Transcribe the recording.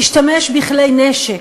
להשתמש בכלי נשק.